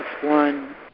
one